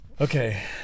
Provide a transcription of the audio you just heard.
Okay